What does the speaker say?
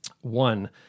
one